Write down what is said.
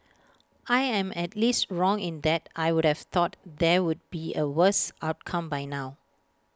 I am at least wrong in that I would've thought there would be A worse outcome by now